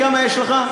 כמה יש לך?